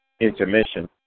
intermission